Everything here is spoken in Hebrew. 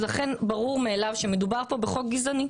לכן, ברור מאליו שמדובר פה בחוק גזעני.